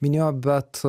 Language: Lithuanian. minėjo bet